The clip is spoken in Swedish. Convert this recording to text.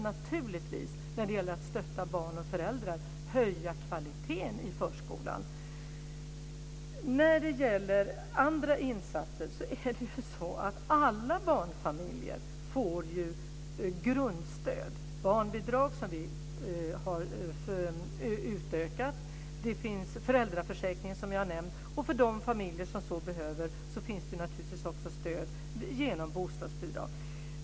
Naturligtvis ska vi när det gäller att stötta barn och föräldrar höja kvaliteten i förskolan. När det gäller andra insatser är det så att alla barnfamiljer får grundstöd. Det finns barnbidrag, som vi har utökat. Det finns föräldraförsäkringen, som vi har nämnt. För de familjer som så behöver finns det naturligtvis också stöd genom bostadsbidrag.